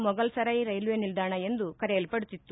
Mughal Sarai railway ನಿಲ್ದಾಣ ಎಂದು ಕರೆಯಲ್ಪಡುತ್ತಿತ್ತು